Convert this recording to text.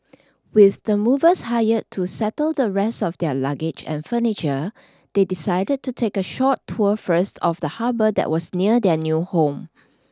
with the movers hired to settle the rest of their luggage and furniture they decided to take a short tour first of the harbor that was near their new home